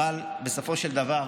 אבל בסופו של דבר,